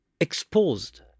exposed